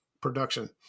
production